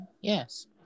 Yes